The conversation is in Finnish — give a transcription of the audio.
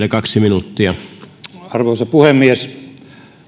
kaksi minuuttia arvoisa puhemies